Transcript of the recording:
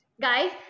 guys